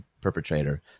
perpetrator